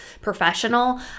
professional